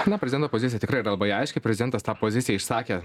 na prezidento pozicija tikrai yra labai aiški prezidentas tą poziciją išsakė